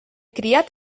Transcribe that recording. criat